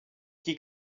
qui